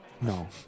No